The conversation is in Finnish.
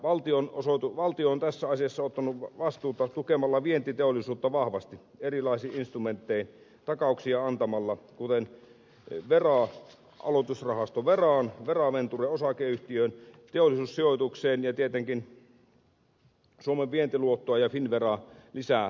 valtio on tässä asiassa ottanut vastuuta tukemalla vientiteollisuutta vahvasti erilaisin instrumentein takauksia antamalla kuten aloitusrahasto veraventure osakeyhtiöön teollisuussijoitukseen ja tietenkin suomen vientiluottoa ja finnveraa lisää rahoittamalla